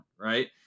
right